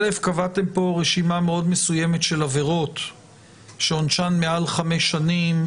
קבעתם פה רשימה מאוד מסוימת של עבירות שעונשן מעל חמש שנים,